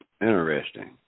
Interesting